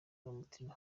n’umutima